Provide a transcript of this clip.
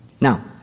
Now